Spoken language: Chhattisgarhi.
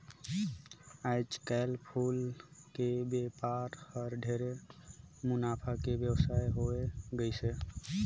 आयज कायल फूल के बेपार हर ढेरे मुनाफा के बेवसाय होवे गईस हे